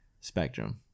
Spectrum